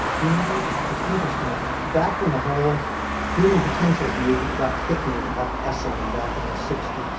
you know it's interesting. back when the whole human potentials movement got kicking, and like esalen back in the sixty s,